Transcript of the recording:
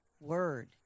word